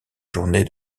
journée